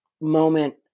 moment